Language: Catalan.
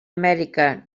amèrica